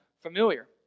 familiar